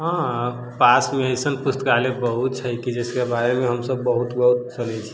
हँ पासमे एसन पुस्तकालय बहुत छै की जिसके बारेमे हमसब बहुत बहुत जनै छियै